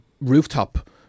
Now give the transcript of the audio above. rooftop